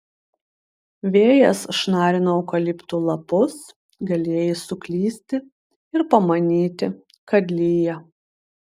vėjas šnarino eukaliptų lapus galėjai suklysti ir pamanyti kad lyja